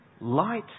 light